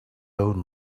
own